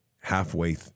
halfway